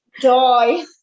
Joy